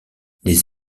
les